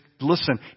Listen